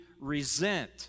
resent